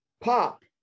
pop